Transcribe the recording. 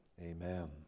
Amen